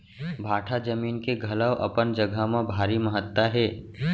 भाठा जमीन के घलौ अपन जघा म भारी महत्ता हे